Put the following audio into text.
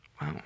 Wow